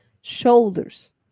Shoulders